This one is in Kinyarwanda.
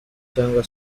cyangwa